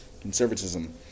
Conservatism